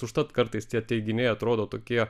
užtat kartais tie teiginiai atrodo tokie